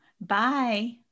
Bye